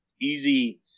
easy